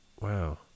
Wow